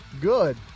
good